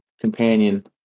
companion